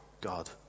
God